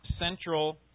central